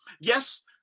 Yes